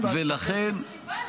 הבן אדם מפרגן ואת --- אני מקשיבה לו.